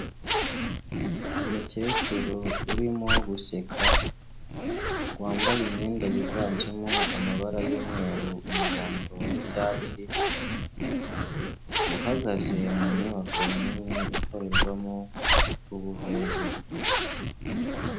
Umukecuru urimo guseka wambaye imyenda yiganjemo amabara y'umweru, umuhondo n'icyatsi, uhagaze mu nyubako nini ikorerwamo ubuvuzi.